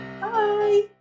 Bye